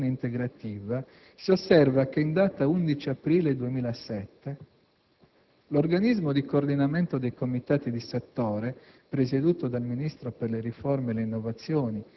Per quanto attiene, in particolare, alla contrattazione integrativa, si osserva che in data 11 aprile 2007 l'organismo di coordinamento dei comitati di settore,